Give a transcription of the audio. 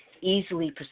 easily